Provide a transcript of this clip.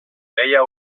veia